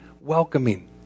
welcoming